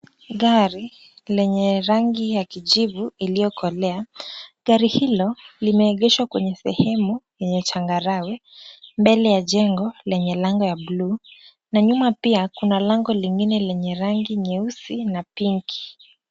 Gari lenye rangi ya kijivu iliyokolea. Gari hiyo limeegeshwa kwenye sehemu yenye changarawe. Mbele ya jengo lenye lango ya buluu na nyuma pia kuna lango lingine lenye rangi nyeusi na pinki.